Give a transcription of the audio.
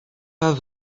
pas